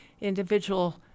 individual